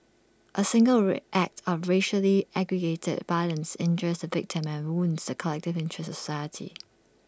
A single ray act of racially aggravated violence injures the victim and wounds the collective interests of society